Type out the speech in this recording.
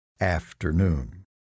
afternoon